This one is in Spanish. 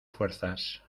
fuerzas